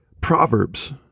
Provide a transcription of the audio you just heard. proverbs